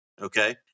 okay